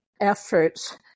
efforts